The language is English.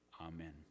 Amen